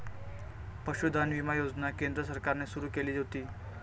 पशुधन विमा योजना केंद्र सरकारने सुरू केली होती